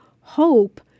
hope